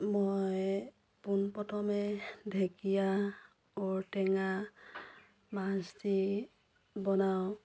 মই পোন প্ৰথমে ঢেঁকীয়া ঔটেঙা মাছ দি বনাওঁ